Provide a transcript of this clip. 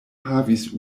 havis